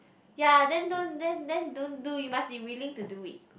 ya then don't then then don't do you must be willing to do it